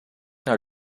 naar